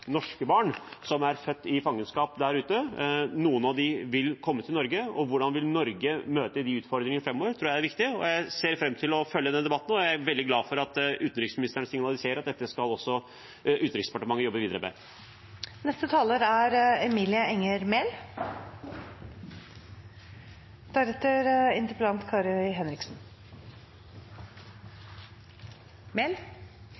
norske barn som er født i fangenskap der ute. Noen av dem vil komme til Norge, og hvordan Norge møter de utfordringene framover, er viktig. Jeg ser fram til å følge den debatten, og jeg er veldig glad for at utenriksministeren signaliserer at dette skal også Utenriksdepartementet jobbe videre med.